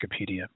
Wikipedia